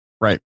right